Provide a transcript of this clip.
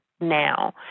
now